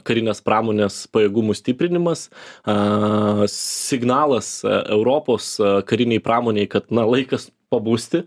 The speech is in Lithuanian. karinės pramonės pajėgumų stiprinimas a signalas europos karinei pramonei kad na laikas pabusti